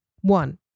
One